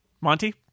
Monty